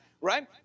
right